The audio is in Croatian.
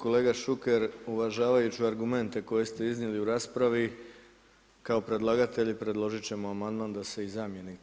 Kolega Šuker, uvažavajući argumente koje ste iznijeli u raspravi, kao predlagatelji predložit ćemo amandman da se i zamjenik